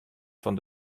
fan